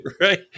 Right